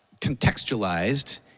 contextualized